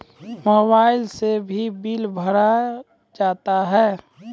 Mobile से भी bill भरा जाता हैं?